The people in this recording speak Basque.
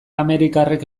amerikarrek